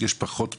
יש פחות פניות?